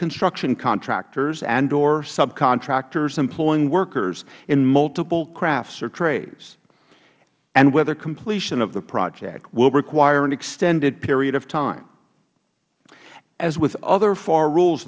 construction contractors andor subcontractors employing workers in multiple crafts or trades and whether completion of the project will require an extended period of time as with other far rules